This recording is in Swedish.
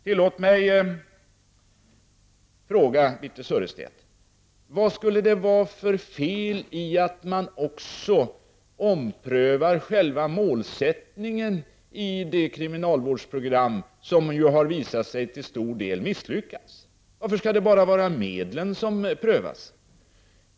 Tillåt mig fråga Birthe Sörestedt: Vad skulle det vara för fel i att man också omprövar själva målsättningen i det kriminalvårdsprogram som till stor del har visat sig misslyckat? Varför skall det bara vara medlen som prövas?